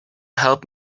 help